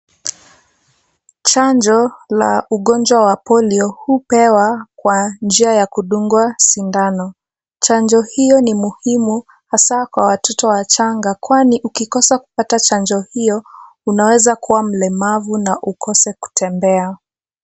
Chanjo la ugonjwa wa polio hupewa kwa njia ya kudungwa sindano. Chanjo hiyo ni muhimu hasaa kwa watoto wachanga kwani ukikosa kupata chanjo hiyo unaweza kuwa mlemavu na ukose kutembea.